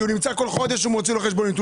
כל חודש הוא מוציא חשבונית.